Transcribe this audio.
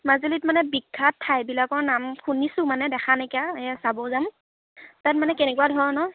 মাজুলীত মানে বিখ্যাত ঠাইবিলাকৰ নাম শুনিছোঁ মানে দেখা নাইকিয়া এইয়া চাব যাম তাত মানে কেনেকুৱা ধৰণৰ